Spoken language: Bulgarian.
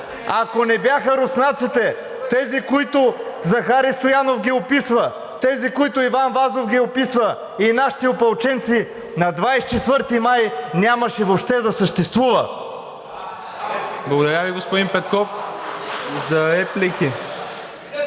Ако не бяха руснаците, тези, които Захари Стоянов ги описва, тези, които Иван Вазов ги описва, и нашите опълченци – 24 май нямаше въобще да съществува. (Ръкопляскания от БСП за България.)